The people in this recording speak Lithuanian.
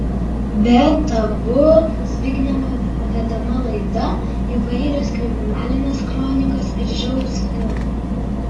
be tabu zbignevo vedama laida įvairios kriminalinės kronikos ir žiaurūs filmai